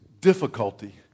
difficulty